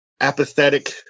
apathetic